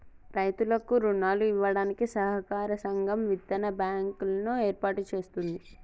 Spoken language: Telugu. రైతులకు రుణాలు ఇవ్వడానికి సహకార సంఘాలు, విత్తన బ్యాంకు లను ఏర్పాటు చేస్తుంది